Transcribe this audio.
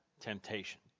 temptation